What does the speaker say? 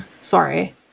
Sorry